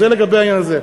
זה לגבי העניין הזה.